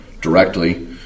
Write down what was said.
directly